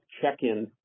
check-in